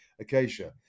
Acacia